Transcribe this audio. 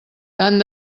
tant